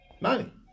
money